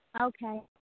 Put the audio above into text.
Okay